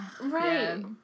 Right